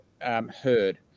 heard